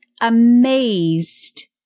amazed